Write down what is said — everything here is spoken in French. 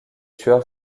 tueur